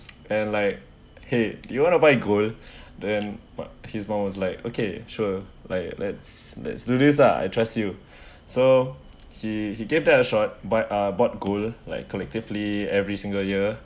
and like !hey! do you want to buy gold then but his mom was like okay sure like let's let's do this lah I trust you so he he gave that a short by uh bought gold like collectively every single year